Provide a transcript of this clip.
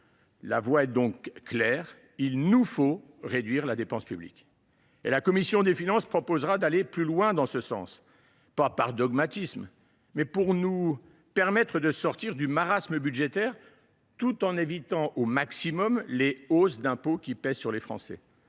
La voie est donc claire : il nous faut réduire la dépense publique. La commission des finances proposera d’aller plus loin en ce sens, non pas par dogmatisme, mais pour nous permettre de sortir du marasme budgétaire, tout en évitant au maximum des hausses d’impôts qui pèseraient sur les Français.